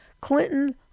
Clinton